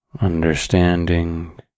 understanding